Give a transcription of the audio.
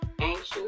anxious